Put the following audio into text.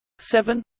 seven